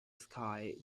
sky